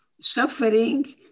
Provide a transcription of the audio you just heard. suffering